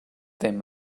them